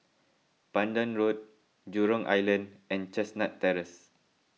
Pandan Road Jurong Island and Chestnut Terrace